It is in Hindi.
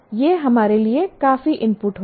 यह हमारे लिए काफी इनपुट होगा